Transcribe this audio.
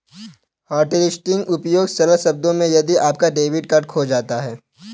hotlisting उपयोग सरल शब्दों में यदि आपका डेबिट कार्ड खो जाता है